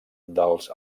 dels